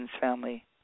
family